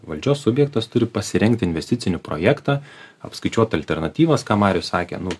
valdžios subjektas turi pasirengti investicinį projektą apskaičiuot alternatyvas ką marius sakė nu